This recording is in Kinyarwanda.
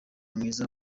mwiza